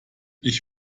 ich